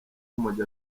urumogi